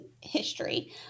history